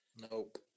Nope